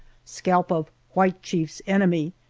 scalp of white chief's enemy,